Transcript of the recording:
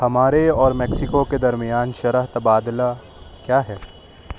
ہمارے اور میکسیکو کے درمیان شرح تبادلہ کیا ہے